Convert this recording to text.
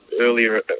earlier